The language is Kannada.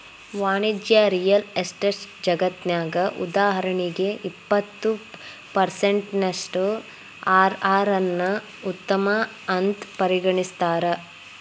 ವಾಣಿಜ್ಯ ರಿಯಲ್ ಎಸ್ಟೇಟ್ ಜಗತ್ನ್ಯಗ, ಉದಾಹರಣಿಗೆ, ಇಪ್ಪತ್ತು ಪರ್ಸೆನ್ಟಿನಷ್ಟು ಅರ್.ಅರ್ ನ್ನ ಉತ್ತಮ ಅಂತ್ ಪರಿಗಣಿಸ್ತಾರ